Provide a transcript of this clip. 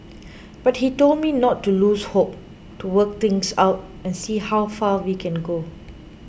but he told me not to lose hope to work things out and see how far we can go